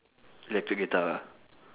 electric guitar lah